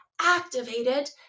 activated